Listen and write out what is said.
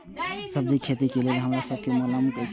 सब्जी के खेती लेल हमरा सब के मालुम न एछ?